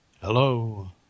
Hello